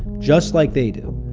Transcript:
just like they do.